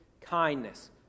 kindness